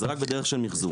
זה רק בדרך של מיחזור.